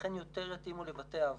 לכן יותר יתאימו לבתי האבות.